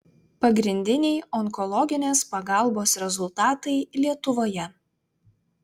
pagrindiniai onkologinės pagalbos rezultatai lietuvoje